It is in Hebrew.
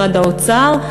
במשרד האוצר,